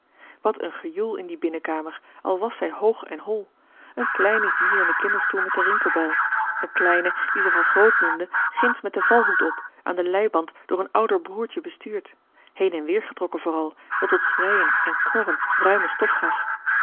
wat een gejoel in die binnenkamer al was zij hoog en hol een kleine hier in den kinderstoel met de rinkelbel eene kleine die zich al groot noemde ginds met den valhoed op aan den leiband door een ouder broertje bestuurd heen en weer getrokken vooral wat tot schreien en knorren ruime stof gaf